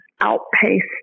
outpaced